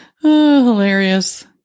Hilarious